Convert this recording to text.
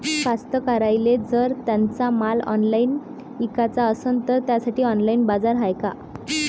कास्तकाराइले जर त्यांचा माल ऑनलाइन इकाचा असन तर त्यासाठी ऑनलाइन बाजार हाय का?